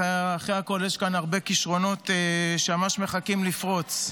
אחרי הכול יש כאן הרבה כישרונות שממש מחכים לפרוץ.